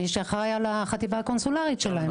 מי שאחראי על החטיבה הקונסולרית שלהם.